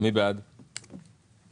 מי בעד קבלת ההסתייגות?